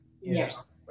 Yes